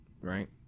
right